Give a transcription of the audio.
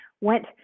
went